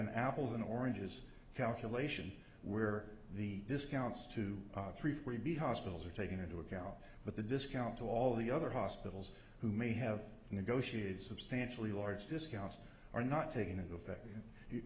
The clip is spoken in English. an apples and oranges calculation where the discounts to three freebie hospitals are taking into account but the discount to all the other hospitals who may have negotiated substantially large discounts are not taking effect